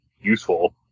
useful